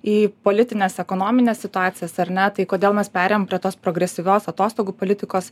į politines ekonomines situacijas ar ne tai kodėl mes perėjom prie tos progresyvios atostogų politikos